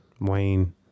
Wayne